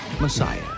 Messiah